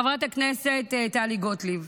חברת הכנסת טלי גוטליב,